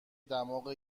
دماغ